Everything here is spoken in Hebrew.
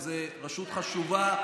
וזו רשות חשובה,